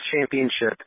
championship